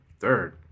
Third